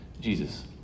Jesus